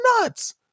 nuts